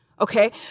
okay